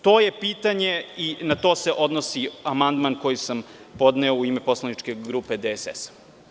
To je pitanje i na to se odnosi amandman koji sam podneo u ime poslaničke grupe DSS.